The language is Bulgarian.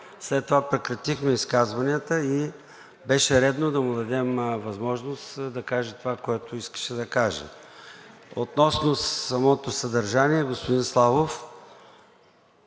след това прекратихме изказванията и беше редно да му дадем възможността да каже това, което искаше да каже. Относно самото съдържание, господин Славов,